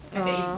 orh